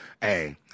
Hey